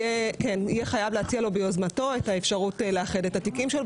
יהיה חייב להציע לו את האפשרות לאחד את התיקים שלו,